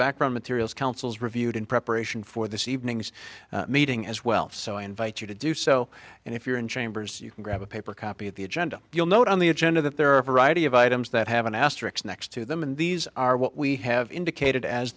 background materials councils reviewed in preparation for this evening's meeting as well so i invite you to do so and if you're in chambers you can grab a paper copy of the agenda you'll note on the agenda that there are a variety of items that have an asterix next to them and these are what we have indicated as